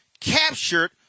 captured